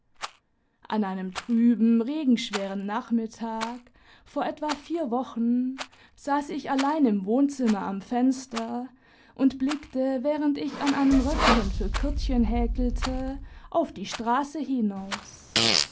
an einem trüben regenschweren nachmittag vor etwa vier wochen saß ich allein im wohnzimmer am fenster und blickte während ich an einem röckchen für kurtchen häkelte auf die straße hinaus